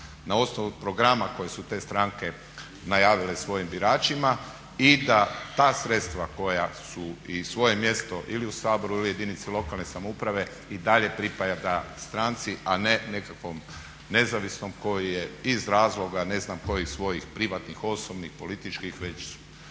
na osnovu programa koji su te stranke najavile svojim biračima. I da ta sredstva koja su i svoje mjesto ili u Saboru ili jedinici lokalne samouprave i dalje pripada stranci a ne nekakvom nezavisnom koji je iz razloga ne znam kojih svojih privatnih, osobnih, političkih već